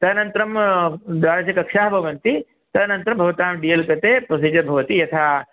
तदनन्तरं द्वादशकक्षाः भवन्ति तदनन्तरं भवतां डी एल् कृते प्रोसीजर् भवति यथा